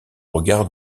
regard